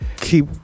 keep